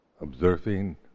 observing